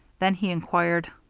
then he inquired,